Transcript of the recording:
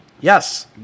Yes